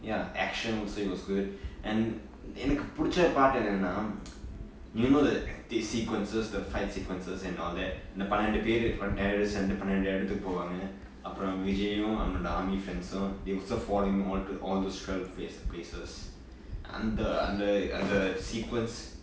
ya action would say was good and எனக்கு பிடுச்ச:enakku pidicha part என்னானா:ennanaa do you know the acted sequences the fight sequences and all that the பன்னண்டு பேரு:pannanndu peru the terrorists அந்த பன்னண்டு எடத்துக்கு போவாங்க அப்பரொ:antha pannandu eduthukku povaanga appro vijay அவங்க:avanga army friends they were to follow him all to all the twelve plac~ places அந்த அந்த அந்த:antha antha antha sequence